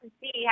see